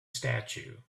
statue